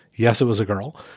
yes, it was a girl.